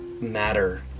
matter